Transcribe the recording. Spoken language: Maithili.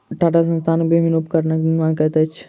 टाटा संस्थान विभिन्न उपकरणक निर्माण करैत अछि